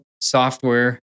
software